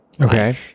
okay